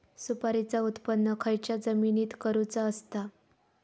सुपारीचा उत्त्पन खयच्या जमिनीत करूचा असता?